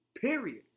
Period